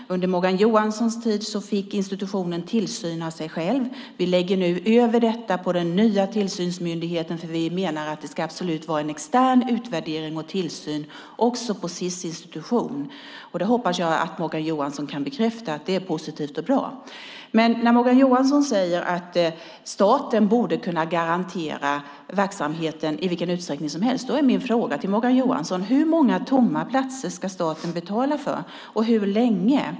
Under Morgan Johanssons tid fick institutionen tillsyna sig själv. Vi lägger över det på den nya tillsynsmyndigheten eftersom vi menar att det ska vara en extern utvärdering och tillsyn också på Sis. Jag hoppas att Morgan Johansson kan bekräfta att det är positivt och bra. Morgan Johansson säger att staten borde kunna garantera verksamheten i vilken utsträckning som helst. Då är min fråga till Morgan Johansson: Hur många tomma platser ska staten betala för och hur länge?